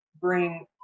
bring